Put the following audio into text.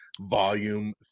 volume